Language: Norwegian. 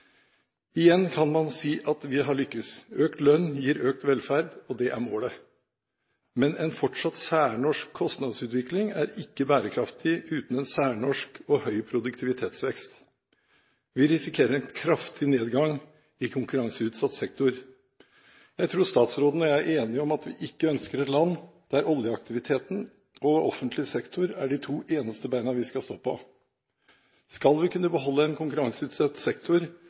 Igjen kan man si at vi har lyktes. Økt lønn gir økt velferd, og det er målet, men en fortsatt særnorsk kostnadsutvikling er ikke bærekraftig uten en særnorsk og høy produktivitetsvekst. Vi risikerer en kraftig nedgang i konkurranseutsatt sektor. Jeg tror statsråden og jeg er enige om at vi ikke ønsker et land der oljeaktiviteten og offentlig sektor er de to eneste beina vi skal stå på. Skal vi kunne beholde en konkurranseutsatt sektor